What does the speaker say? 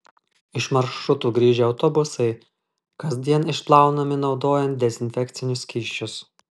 iš maršrutų grįžę autobusai kasdien išplaunami naudojant dezinfekcinius skysčius